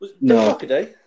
No